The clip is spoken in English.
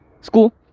school